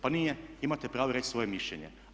Pa nije, imate pravo reći svoje mišljenje.